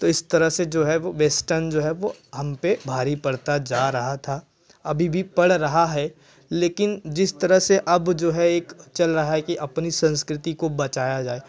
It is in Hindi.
तो इस तरह से जो है वह वेस्टर्न जो है वह हम पर भारी पड़ता जा रहा था अभी भी पड़ रहा है लेकिन जिस तरह से अब जो है एक चल रहा है कि अपनी संस्कृति को बचाया जाए